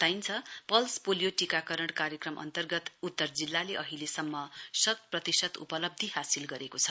बताइन्छ pulse polio टीकाकरण कार्यक्रम अन्तर्गत जिल्लाले अहिलेसम्म शतप्रतिशत उपलब्धी हासिल गरेको छ